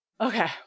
Okay